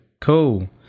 Cool